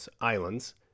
islands